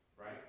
Right